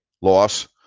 loss